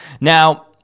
Now